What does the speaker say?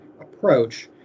approach